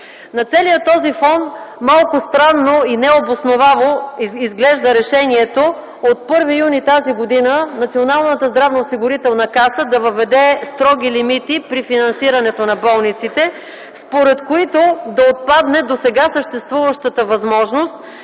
На целия този фон малко странно и необосновано изглежда решението от 1 юни т.г. Националната здравноосигурителна каса да въведе строги лимити при финансирането на болниците, според които да отпадне досега съществуващата възможност